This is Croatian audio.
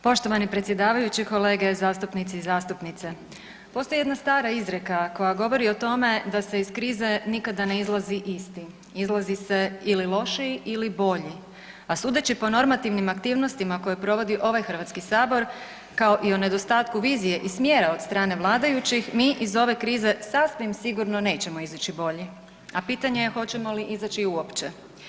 Poštovani predsjedavajući, kolege zastupnici i zastupnice, postoji jedna stara izreka koja govori o tome da se iz krize nikada ne izlazi isti, izlazi se ili lošiji ili bolji, a sudeći po normativnim aktivnosti koje provodi ovaj Hrvatski sabor kao i o nedostatku vizije i smjera od strane vladajućih mi iz ove krize sasvim sigurno nećemo izići bolji, a pitanje je hoćemo li izaći uopće.